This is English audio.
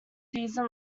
season